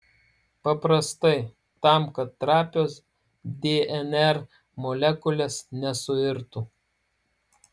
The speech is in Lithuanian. paprastai tam kad trapios dnr molekulės nesuirtų